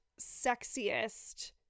sexiest